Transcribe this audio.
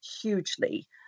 hugely